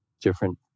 different